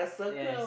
yes